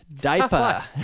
Diaper